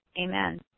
Amen